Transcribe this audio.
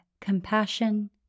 compassion